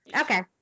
okay